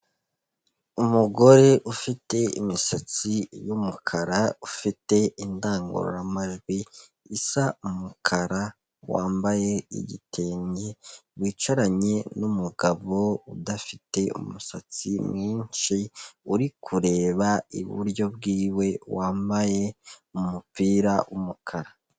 Umugore ufite imisatsi y'umukara ufite indangururamajwi isa umukara wambaye igitenge, wicaranye n'umugabo udafite umusatsi mwinshi, uri kureba iburyo bwiwe wambaye umupira w'umukara.